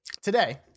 today